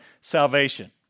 salvation